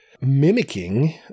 mimicking